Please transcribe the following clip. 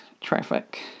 traffic